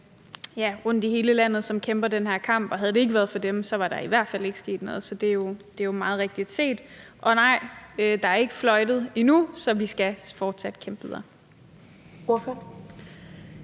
rundt i hele landet, som kæmper den her kamp, og havde det ikke været for dem, var der i hvert fald ikke sket noget; det er jo meget rigtigt set. Og nej, der er ikke fløjtet af endnu, så vi skal fortsat kæmpe videre. Kl.